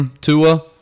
Tua